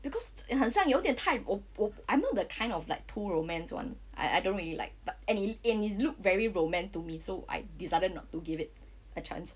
because it 很像有点太我我 I'm not the kind of like 铺 romance [one] I I don't really like but and in his look very romance to me I decided not to give it a chance